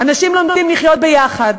אנשים שלומדים לחיות יחד,